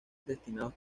destinados